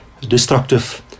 destructive